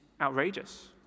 outrageous